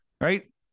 right